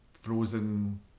frozen